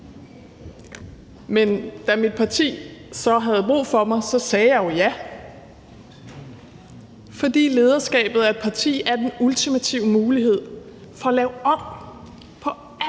Men da mit parti så havde brug for mig, sagde jeg jo ja, fordi lederskabet af et parti er den ultimative mulighed for at lave om på alt